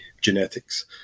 genetics